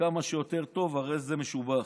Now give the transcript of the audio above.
וכמה שיותר מהר הרי זה משובח.